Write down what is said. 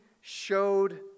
showed